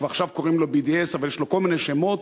שעכשיו קוראים לו BDS אבל יש לו כל מיני שמות,